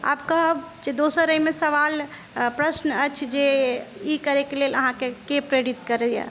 आब कहब जे दोसर एहिमे सवाल प्रश्न अछि जे ई करयके लेल अहाँके के प्रेरित करैया